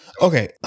Okay